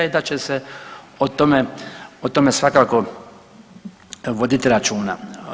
I da će se o tome svakako voditi računa.